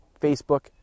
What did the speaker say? Facebook